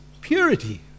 purity